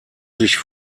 sich